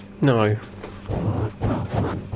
No